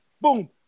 Boom